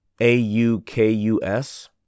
AUKUS